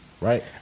right